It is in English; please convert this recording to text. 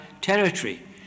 territory